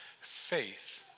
Faith